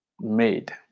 made